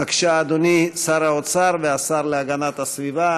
בבקשה, אדוני שר האוצר והשר להגנת הסביבה